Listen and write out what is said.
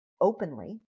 openly